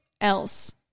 else